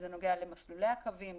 זה נוגע למסלולי הקווים,